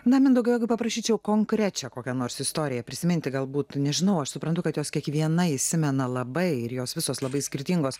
na mindaugai o jeigu paprašyčiau konkrečią kokią nors istoriją prisiminti galbūt nežinau aš suprantu kad jos kiekviena įsimena labai ir jos visos labai skirtingos